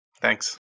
Thanks